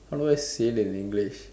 how do I say that in English